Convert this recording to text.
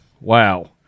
Wow